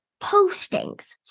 postings